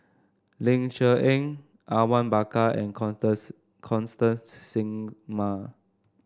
Ling Cher Eng Awang Bakar and Constance Singam